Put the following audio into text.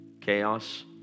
chaos